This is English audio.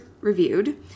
reviewed